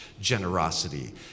generosity